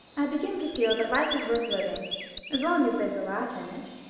i begin to feel that life is worth living as long as there's a laugh in it.